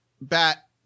bat